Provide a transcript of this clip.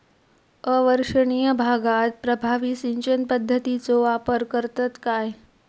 अवर्षणिय भागात प्रभावी सिंचन पद्धतीचो वापर करतत काय?